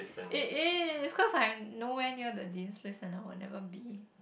it is cause I'm nowhere I never be